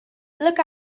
look